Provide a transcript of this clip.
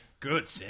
Good